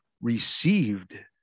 received